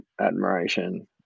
admiration